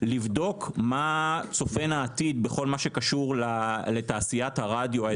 לבדוק מה צופן העתיד בכל מה קשור לתעשיית הרדיו האזורית.